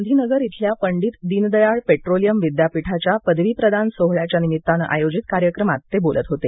गांधीनगर इथल्या पंडित दीनदयाळ पेट्रोलियम विद्यापीठाच्या पदवीप्रदान सोहळ्याच्या निमित्तानं आयोजित कार्यक्रमात ते बोलत होते